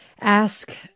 ask